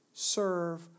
Serve